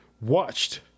watched